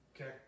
Okay